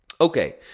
Okay